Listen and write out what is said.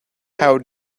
how